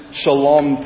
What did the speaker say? shalom